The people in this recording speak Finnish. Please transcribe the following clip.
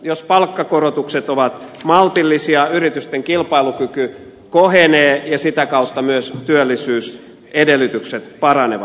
jos palkankorotukset ovat maltillisia yritysten kilpailukyky kohenee ja sitä kautta myös työllisyysedellytykset paranevat